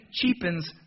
cheapens